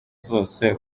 zose